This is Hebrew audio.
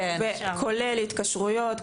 כולל התקשרויות,